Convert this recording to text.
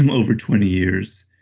um over twenty years.